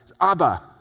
Abba